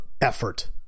effort